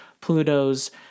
Pluto's